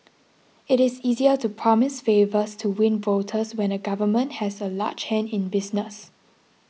it is easier to promise favours to win voters when a government has a large hand in business